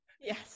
yes